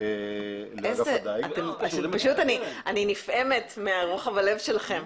אני נפעמת מרוחב הלב שלכם.